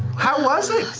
how was it,